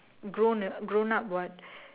grown uh grown up what